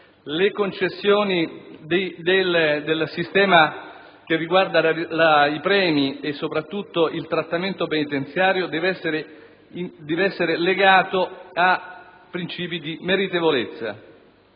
Le concessioni del sistema che riguarda i premi e soprattutto il trattamento penitenziario devono essere legate a princìpi di meritevolezza.